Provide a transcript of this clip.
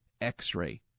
X-ray